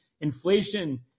Inflation